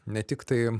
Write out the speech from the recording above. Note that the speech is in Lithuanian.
ne tiktai